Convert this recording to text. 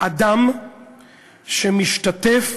אדם שמשתתף